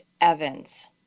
Evans